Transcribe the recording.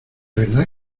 verdad